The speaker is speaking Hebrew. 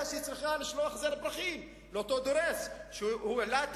שהיא צריכה לשלוח זר פרחים לאותו דורס שהעלה את